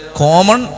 common